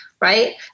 right